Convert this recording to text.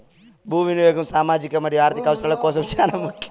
భూ వినియాగం సామాజిక మరియు ఆర్ధిక అవసరాల కోసం చానా ముఖ్యం